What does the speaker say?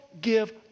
give